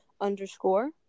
underscore